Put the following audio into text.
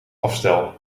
afstel